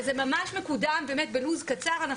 וזה ממש מקודם באמת בלוח זמנים קצר.